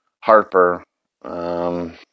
Harper